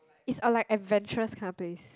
is a like adventurous kind of place